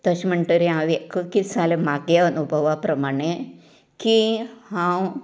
तशें म्हणटकेर हांवेन क कित सांगले मागे अनुभवा प्रमाणे की हांव